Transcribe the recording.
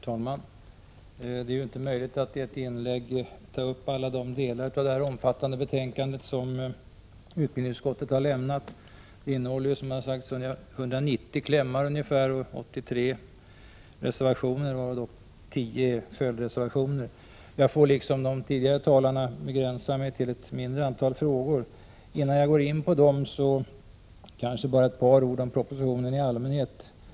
Herr talman! Det är inte möjligt att i ett inlägg ta upp alla delar av det omfattande betänkande som utbildningsutskottet har avgivit. Det innehåller, som har sagts, ungefär 190 klämmar och 83 reservationer, varav 10 är följdreservationer. Jag får liksom de tidigare talarna begränsa mig till ett mindre antal frågor. Innan jag går in på dem vill jag säga ett par ord om propositionen i allmänhet.